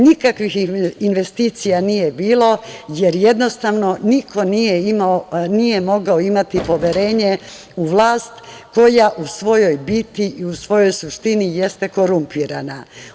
Nikakvih investicija nije bilo jer jednostavno niko nije mogao imati poverenje u vlast koja u svojoj biti i u svojoj suštini jeste korumpirana.